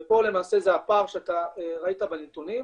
פה למעשה זה הפער שאתה ראית בנתונים.